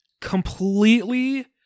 completely